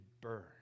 burn